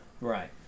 Right